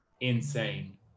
insane